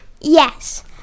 Yes